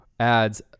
adds